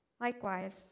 Likewise